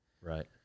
Right